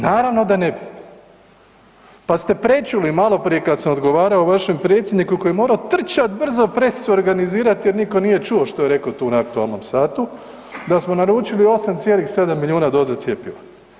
Naravno da ne bi, pa ste prečuli maloprije kad sam odgovarao vašem predsjedniku koji je morao trčati brzo presicu organizirati jer nitko nije čuo što je rekao tu na aktualnom satu, da smo naručili 8,7 milijuna doza cjepiva.